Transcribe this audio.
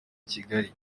kigali